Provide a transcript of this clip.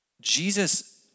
Jesus